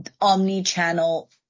omni-channel